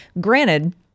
granted